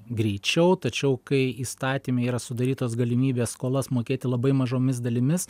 greičiau tačiau kai įstatyme yra sudarytos galimybės skolas mokėti labai mažomis dalimis